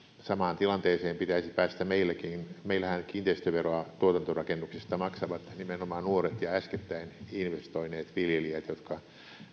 samaan tilanteeseen pitäisi päästä meilläkin meillähän kiinteistöveroa tuotantorakennuksista maksavat nimenomaan nuoret ja äskettäin investoineet viljelijät jotka